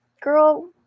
Girl